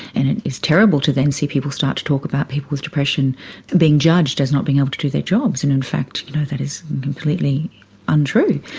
and it is terrible to then see people start to talk about people with depression being judged as not being able to do their jobs, and in fact you know that is completely untrue.